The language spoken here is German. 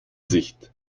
sicht